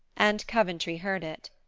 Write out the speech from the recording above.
and coventry heard it.